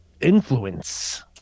influence